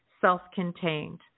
self-contained